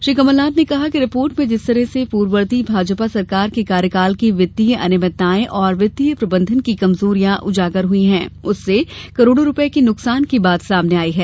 श्री कमलनाथ ने कहा कि रिपोर्ट में जिस तरह से पूर्ववर्ती भाजपा सरकार के कार्यकाल की वित्तीय अनियमितताएं और वित्तीय प्रबंधन की कमजोरियां उजागर हुई हैं उससे करोड़ों रुपये के नुकसान की बात सामने आयी है